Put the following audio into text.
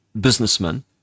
businessman